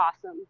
awesome